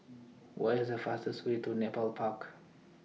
What IS The fastest Way to Nepal Park